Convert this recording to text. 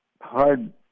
hard